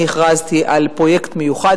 אני הכרזתי על פרויקט מיוחד.